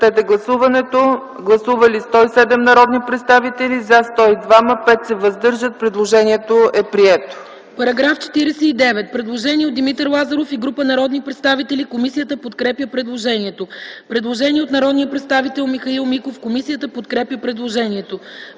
По § 57 има предложение от Димитър Лазаров и група народни представители. Комисията подкрепя предложението. Има предложение от народния представител Михаил Миков. Комисията подкрепя предложението.